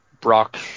Brock